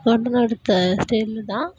style தான்